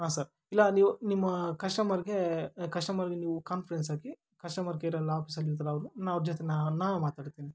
ಹಾಂ ಸರ್ ಇಲ್ಲ ನೀವು ನಿಮ್ಮ ಕಸ್ಟಮರ್ಗೆ ಕಸ್ಟಮರ್ಗೆ ನೀವು ಕಾನ್ಫರೆನ್ಸ್ ಹಾಕಿ ಕಸ್ಟಮರ್ ಕೇರಲ್ಲಿ ಆಫೀಸಲ್ಲಿ ಇರುತ್ತಲ್ವ ಅವರು ನಾನು ಅವರ ಜೊತೆ ನಾನೂ ಮಾತಾಡ್ತೀನಿ